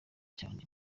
cyane